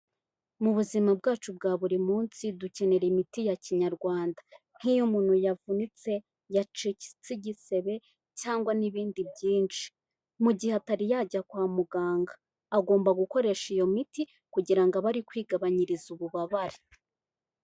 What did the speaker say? Mu buzima bwacu bwa buri munsi dukenera imiti ya kinyarwanda, nk'iyo umuntu yavunitse, yacitse igisebe cyangwa n'ibindi byinshi, mu gihe atari yajya kwa muganga, agomba gukoresha iyo miti kugira ngo abe ari kwigabanyiriza ububabare.